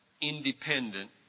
independent